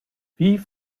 wie